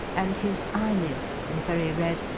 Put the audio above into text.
and his eyelids were very red,